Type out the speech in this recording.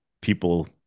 People